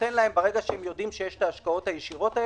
ברגע שהם יודעים שיש את ההשקעות הישירות,